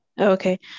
Okay